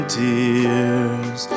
tears